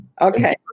Okay